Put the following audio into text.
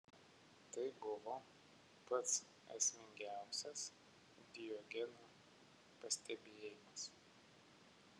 tai buvo pats esmingiausias diogeno pastebėjimas